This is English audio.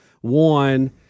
One